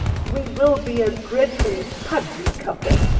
we will be a dreadfully pudgy couple.